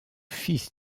fils